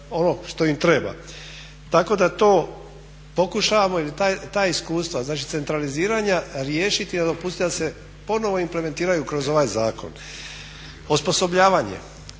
onog što im treba. Tako da to pokušavamo ta iskustva centraliziranja riješiti i ne dopustit da se ponovo implementiraju kroz ovaj zakon. Osposobljavanje.